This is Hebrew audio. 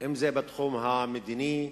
אם בתחום המדיני,